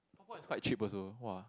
quite cheap also !wah!